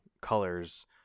colors